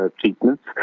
treatments